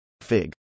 Fig